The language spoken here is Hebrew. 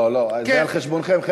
לא, זה על חשבונכם.